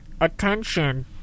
Attention